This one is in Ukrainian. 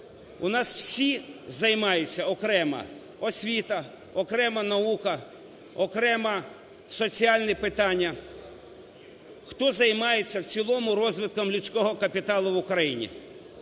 у нас всі займаються: окремо освіта, окремо наука, окремо соціальні питання. Хто займається в цілому розвитком людського капіталу в Україні?